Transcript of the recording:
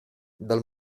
dal